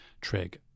trig